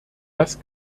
das